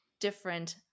different